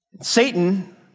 Satan